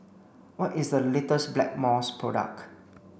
what is the latest Blackmores product